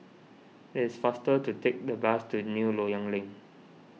it is faster to take the bus to New Loyang Link